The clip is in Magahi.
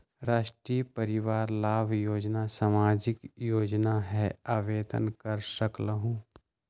राष्ट्रीय परिवार लाभ योजना सामाजिक योजना है आवेदन कर सकलहु?